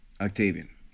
Octavian